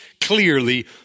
clearly